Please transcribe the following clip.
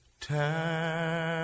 time